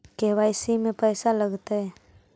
KYC में पैसा लगतै?